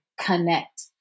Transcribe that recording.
connect